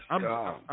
God